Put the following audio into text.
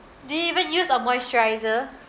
do you even use a moisturiser